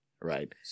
right